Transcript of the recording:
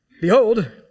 Behold